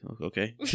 okay